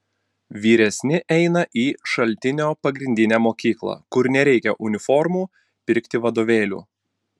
vyresni eina į šaltinio pagrindinę mokyklą kur nereikia uniformų pirkti vadovėlių